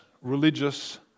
religious